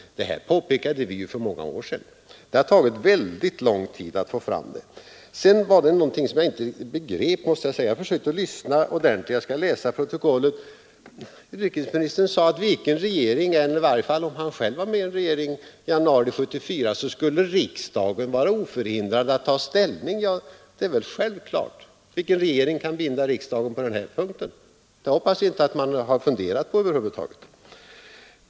Det här påpekade vi ju för många år sedan. Det har tagit väldigt lång tid att få fram det. Vidare gjorde utrikesministern ett uttalande som jag inte riktigt begrep trots att jag försökte lyssna ordentligt. Jag skall läsa protokollet sedan. Utrikesministern sade att vilken regering som än satt, eller i varje fall om han själv satt med i regeringen i januari 1974, skulle riksdagen vara oförhindrad att ta ställning. Det är väl självklart. Vilken regering kan binda riksdagen på den här punkten? Jag hoppas att man över huvud taget inte har funderat på det.